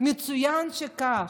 מצוין שכך.